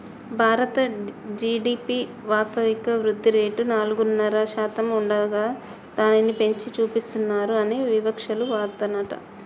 భారత జి.డి.పి వాస్తవిక వృద్ధిరేటు నాలుగున్నర శాతం ఉండగా దానిని పెంచి చూపిస్తానన్నారు అని వివక్షాలు వాదనట